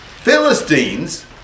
Philistines